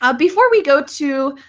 ah before we go to